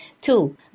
Two